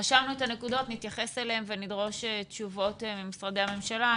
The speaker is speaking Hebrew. רשמנו את הנקודות ונתייחס אליהן ונדרוש תשובות ממשרדי הממשלה.